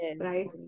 right